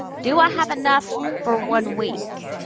do i have enough for one week,